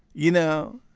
you know?